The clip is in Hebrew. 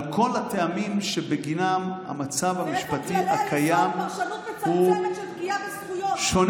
על כל הטעמים שבגינם המצב המשפטי הקיים הוא שונה.